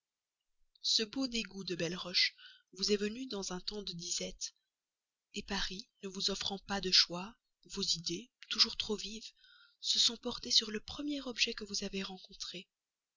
ce beau dégoût de belleroche vous est venu dans un temps de disette paris ne vous offrant pas de choix vos idées toujours trop vives se sont portées sur le premier objet que vous avez rencontré